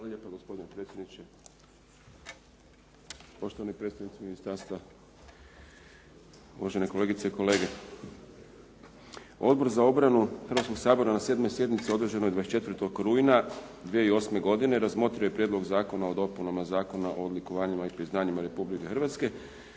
Hvala lijepo. Gospodine predsjedniče, poštovani predstavnici ministarstva, uvažene kolegice i kolege. Odbor za obranu Hrvatskog sabora održanoj na 7. sjednici održanoj 24. rujna 2008. godine razmotrio je Prijedlog zakona o dopunama Zakona o odlikovanjima i priznanjima Republike Hrvatske